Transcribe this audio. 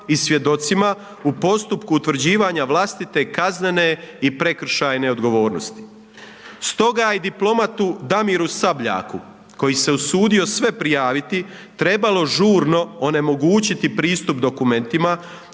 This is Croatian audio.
i svjedocima u postupku utvrđivanja vlastite, kaznene i prekršajne odgovornosti. Stoga je diplomatu Damiru Sabljaku, koji se je usudio sve prijaviti, trebalo žurno onemogućiti pristup dokumentima,